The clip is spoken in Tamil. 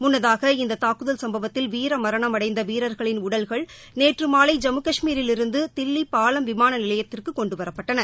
முன்னதாக இந்த தாக்குதல் சும்பவத்தில் வீரமரணமடைந்த வீரர்களின் உடல்கள் நேற்று மாலை ஜம்மு கஷ்மீரிலிருந்து தில்லி பாலம் விமான நிலையத்திற்கு கொண்டுவரப்பட்டன